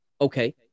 Okay